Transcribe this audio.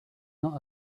not